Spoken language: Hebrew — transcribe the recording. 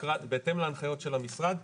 בהתאם להנחיות של המשרד.